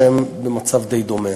שהם במצב די דומה.